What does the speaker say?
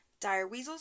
direweasels